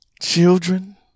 children